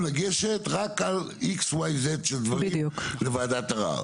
לגשת רק על XYZ של דברים לוועדת ערער.